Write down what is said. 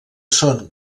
són